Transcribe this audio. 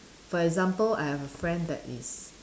for example I have a friend that is